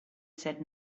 said